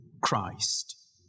Christ